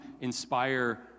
inspire